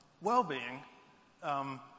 well-being